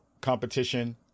competition